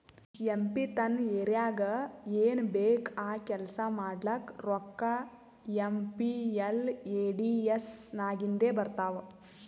M P ತನ್ ಏರಿಯಾಗ್ ಏನ್ ಬೇಕ್ ಆ ಕೆಲ್ಸಾ ಮಾಡ್ಲಾಕ ರೋಕ್ಕಾ ಏಮ್.ಪಿ.ಎಲ್.ಎ.ಡಿ.ಎಸ್ ನಾಗಿಂದೆ ಬರ್ತಾವ್